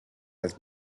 has